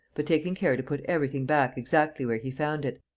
but taking care to put everything back exactly where he found it.